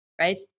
Right